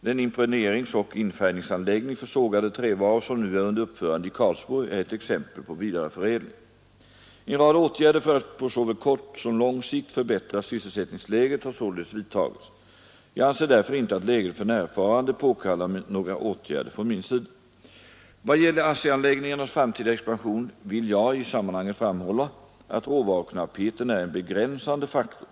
Den impregneringsoch infärgningsanläggning för sågade trävaror som nu är under uppförande i Karlsborg är ett exempel på vidareförädling. En rad åtgärder för att på såväl kort som lång sikt förbättra sysselsättningsläget har således vidtagits. Jag anser därför inte att läget för närvarande påkallar några åtgärder från min sida. Vad gäller ASSI-anläggningarnas framtida expansion vill jag i sammanhanget framhålla att råvaruknappheten är en begränsande faktor.